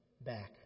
back